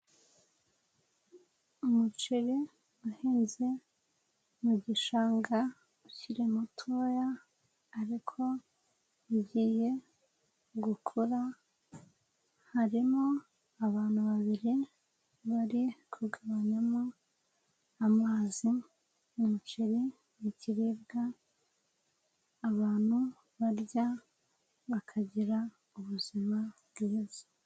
Umuceri uhinze mu gishanga ukiri mutoya, ariko ugiye gukura harimo abantu babiri bari kugabanyamo amazi, umuceri mu kiribwa abantu barya bakagira ubuzima bwiza.